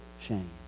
shame